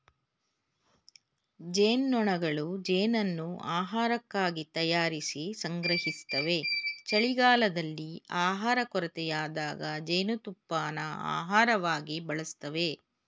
ಜೇನ್ನೊಣಗಳು ಜೇನನ್ನು ಆಹಾರಕ್ಕಾಗಿ ತಯಾರಿಸಿ ಸಂಗ್ರಹಿಸ್ತವೆ ಚಳಿಗಾಲದಲ್ಲಿ ಆಹಾರ ಕೊರತೆಯಾದಾಗ ಜೇನುತುಪ್ಪನ ಆಹಾರವಾಗಿ ಬಳಸ್ತವೆ